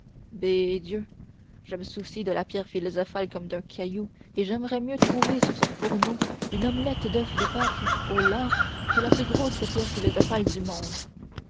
bédieu je me soucie de la pierre philosophale comme d'un caillou et j'aimerais mieux trouver sur son fourneau une omelette d'oeufs de pâques au lard que la plus grosse pierre philosophale du monde